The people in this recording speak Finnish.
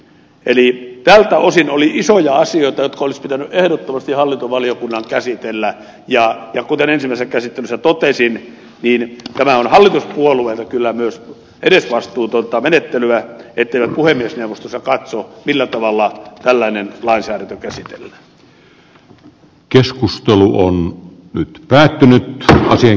eli tältä osin oli isoja asioita jotka olisi pitänyt ehdottomasti hallintovaliokunnan käsitellä ja kuten ensimmäisessä käsittelyssä totesin niin tämä on hallituspuolueilta kyllä myös edesvastuutonta menettelyä etteivät puhemiesneuvostossa katso millä tavalla tällainen lainsäädäntö käsitellään